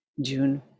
june